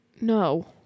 No